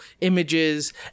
images